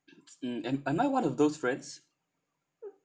mm am am I one of those friends